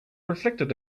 reflected